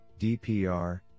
DPR